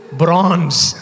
bronze